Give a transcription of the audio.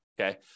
okay